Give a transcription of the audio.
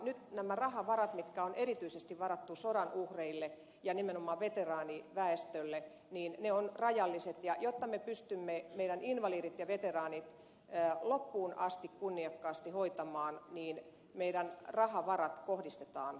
nyt nämä rahavarat mitkä on erityisesti varattu sodan uhreille ja nimenomaan veteraaniväestölle ovat rajalliset ja jotta me pystymme meidän invalidit ja veteraanit loppuun asti kunniakkaasti hoitamaan niin meidän rahavarat erityisrahat kohdistetaan heille